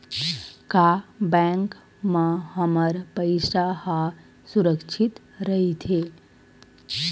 का बैंक म हमर पईसा ह सुरक्षित राइथे?